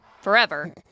Forever